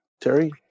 Terry